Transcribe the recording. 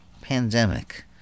pandemic